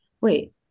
wait